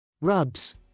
Rubs